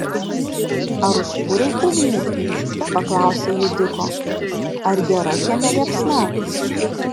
ar užkūrei ugnį paklausė ji diko ar gera kieme liepsna